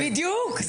בדיוק.